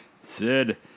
Sid